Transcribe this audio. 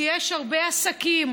כי יש הרבה עסקים,